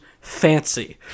Fancy